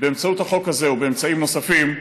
באמצעות החוק הזה או באמצעים נוספים,